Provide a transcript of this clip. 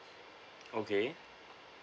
okay